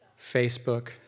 Facebook